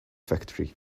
factory